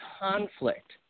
conflict